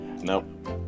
Nope